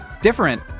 different